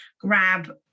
grab